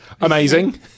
Amazing